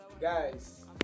guys